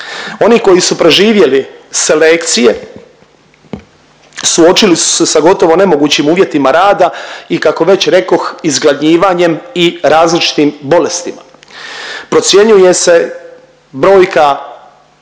Oni koji su preživjeli selekcije suočili su se sa gotovo nemogućim uvjetima rada i kako već rekoh izgladnjivanjem i različitim bolestima. Procjenjuje se brojka